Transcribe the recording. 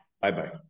Bye-bye